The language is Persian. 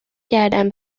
کردم